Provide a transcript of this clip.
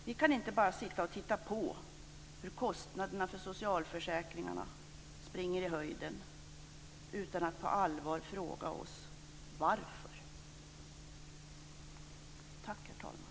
Vi kan inte bara sitta och titta på och se hur kostnaderna för socialförsäkringarna rusar i höjden utan att vi på allvar frågar oss varför det är så.